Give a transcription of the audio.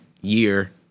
year